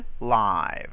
live